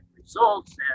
results